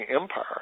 empire